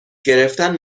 گرفتن